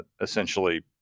essentially